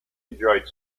enjoyed